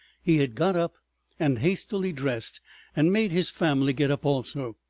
he had got up and hastily dressed and made his family get up also,